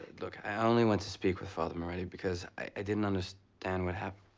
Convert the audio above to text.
look, i only went to speak with father moretti, because i, i didn't understand what happ